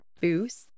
boost